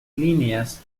líneas